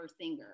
singer